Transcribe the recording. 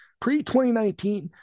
Pre-2019